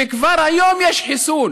וכבר היום יש חיסול